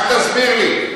רק תסביר לי,